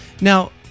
Now